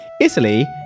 Italy